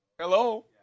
Hello